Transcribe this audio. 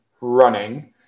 running